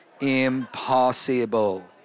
Impossible